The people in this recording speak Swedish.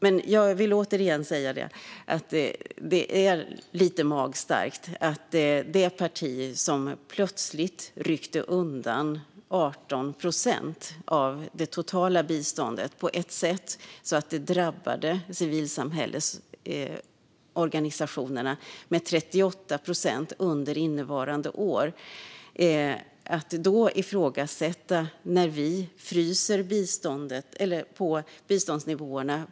Men jag vill återigen säga det att det är lite magstarkt att ett parti som plötsligt ryckte undan 18 procent av det totala biståndet så att det drabbade civilsamhällesorganisationerna med 38 procent under innevarande år ifrågasätter att vi fryser biståndsnivåerna.